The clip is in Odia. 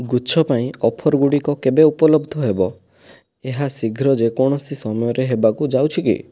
ଗୁଚ୍ଛ ପାଇଁ ଅଫର୍ଗୁଡ଼ିକ କେବେ ଉପଲବ୍ଧ ହେବ ଏହା ଶୀଘ୍ର ଯେକୌଣସି ସମୟରେ ହେବାକୁ ଯାଉଛି କି